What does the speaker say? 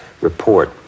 report